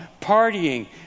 partying